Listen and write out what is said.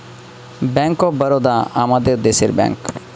bank of Baroda আমাদের দেশের bank